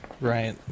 right